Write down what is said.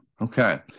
Okay